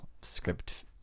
script